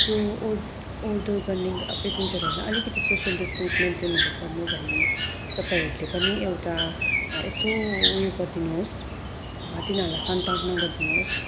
त्यो ओहोर दोहोर गर्ने पेसेन्जरहरूलाई अलिकति सोसियल डिस्टेन्स मेन्टनहरू गर्नु भन्ने तपाईँहरूले पनि एउटा यसो ऊयो गरिदिनुहोस् तिनीहरूलाई सान्तवना गरिदिनुहोस्